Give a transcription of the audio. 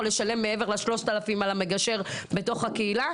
לשלם מעבר ל-3,000 על מגשר בתוך הקהילה".